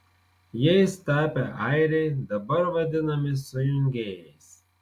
jais tapę airiai dabar vadinami sujungėjais